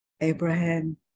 Abraham